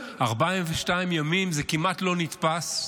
402 ימים, זה כמעט לא נתפס.